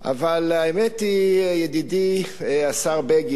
אבל האמת היא, ידידי השר בגין,